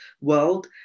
world